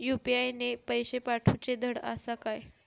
UPI ने पैशे पाठवूचे धड आसा काय?